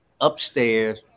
upstairs